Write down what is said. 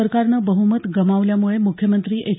सरकारनं बहमत गमावल्यामुळे मुख्यमंत्री एच